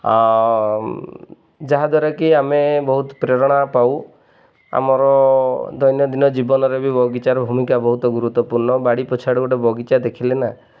ଆଉ ଯାହାଦ୍ୱାରା କି ଆମେ ବହୁତ ପ୍ରେରଣା ପାଉ ଆମର ଦୈନନ୍ଦିନ ଜୀବନରେ ବି ବଗିଚାର ଭୂମିକା ବହୁତ ଗୁରୁତ୍ୱପୂର୍ଣ୍ଣ ବାଡ଼ି ପଛଆଡ଼େ ଗୋଟେ ବଗିଚା ଦେଖିଲେ ନା